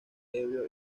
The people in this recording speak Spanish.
ebrio